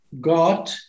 God